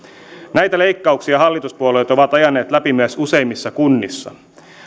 näitä leikkauksia hallituspuolueet ovat ajaneet läpi myös useimmissa kunnissa